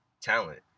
talent